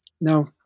Now